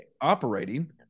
operating –